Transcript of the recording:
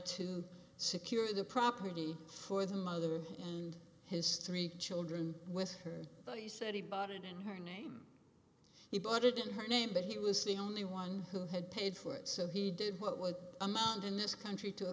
to secure the property for the mother and his three children with her but he said he bought it in her name he bought it in her name but it was the only one who had paid for it so he did what would amount in this country to a